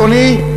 אדוני,